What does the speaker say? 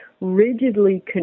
rigidly